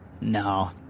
No